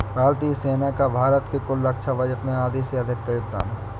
भारतीय सेना का भारत के कुल रक्षा बजट में आधे से अधिक का योगदान है